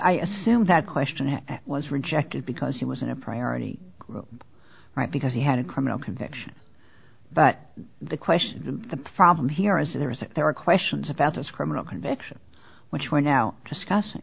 i assume that question was rejected because he wasn't a priority right because he had a criminal conviction but the question the problem here is there is there are questions about his criminal convictions which we're now discussing